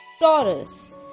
Taurus